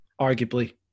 arguably